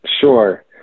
Sure